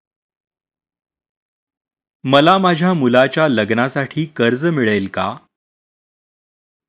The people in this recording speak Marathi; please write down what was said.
मला माझ्या मुलाच्या लग्नासाठी कर्ज मिळेल का?